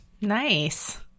nice